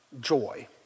joy